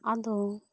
ᱟᱫᱚ